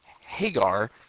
Hagar